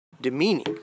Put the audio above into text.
demeaning